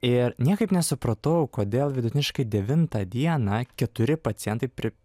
ir niekaip nesupratau kodėl vidutiniškai devintą dieną keturi pacientai pri